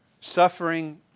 Suffering